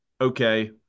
okay